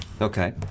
Okay